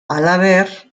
halaber